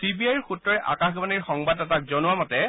C বি আইৰ সূত্ৰই আকাশবাণীৰ সংবাদদাতাক জনোৱামতে